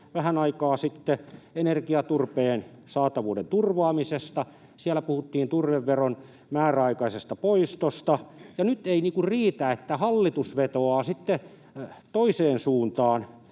vähän aikaa sitten energiaturpeen saatavuuden turvaamisesta — siellä puhuttiin turveveron määräaikaisesta poistosta — ja nyt ei niin kuin riitä, että hallitus vetoaa sitten toiseen suuntaan.